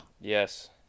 Yes